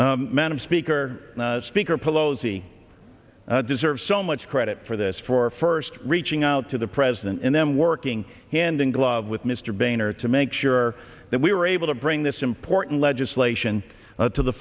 f madam speaker and speaker pelosi deserve so much credit for this for first reaching out to the president and then working hand in glove with mr boehner to make sure that we were able to bring this important legislation to the